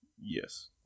Yes